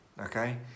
okay